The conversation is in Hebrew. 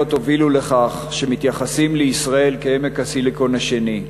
הובילו לכך שמתייחסים לישראל כלעמק הסיליקון השני.